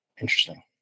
Interesting